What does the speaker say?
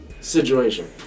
situation